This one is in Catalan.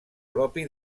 propi